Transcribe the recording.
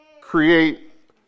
create